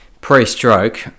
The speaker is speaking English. pre-stroke